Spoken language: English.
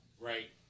Right